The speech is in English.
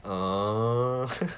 err